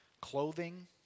Clothing